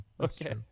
Okay